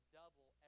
double